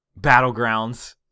Battlegrounds